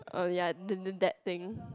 uh ya the the that thing